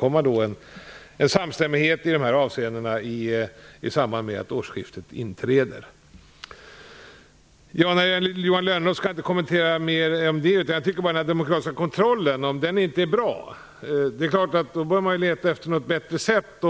nå en samstämmighet i dessa avseenden. Jag skall inte kommentera så mycket mer det Johan Lönnroth sade. Om den demokratiska kontrollen inte är bra bör man leta efter ett bättre sätt.